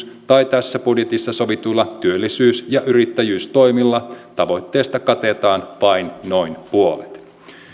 tai tässä budjetissa sovituilla työllisyys ja yrittäjyystoimilla tavoitteesta katetaan vain noin puolet